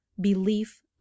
belief